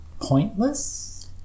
pointless